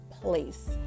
place